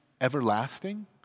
everlasting